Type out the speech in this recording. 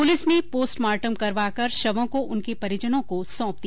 police ने postmortem करवाकर शवों को उनके परिजनों को सौंप दिया